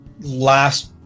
last